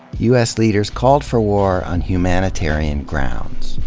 u s. leaders called for war on humanitarian grounds,